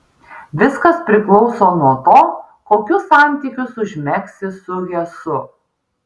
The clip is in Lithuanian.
viskas priklauso nuo to kokius santykius užmegsi su hesu